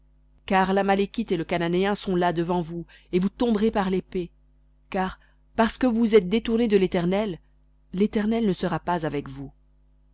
car l'amalékite et le cananéen sont là devant vous et vous tomberez par l'épée car parce que vous vous êtes détournés de l'éternel l'éternel ne sera pas avec vous